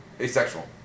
Asexual